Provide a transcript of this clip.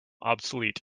obsolete